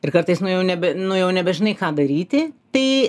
ir kartais nu jau nebe nu jau nebežinai ką daryti tai